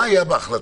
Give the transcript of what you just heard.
מה היה בהחלטות?